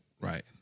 right